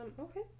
okay